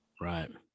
right